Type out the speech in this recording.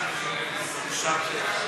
וכמובן,